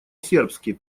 сербский